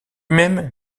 même